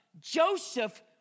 Joseph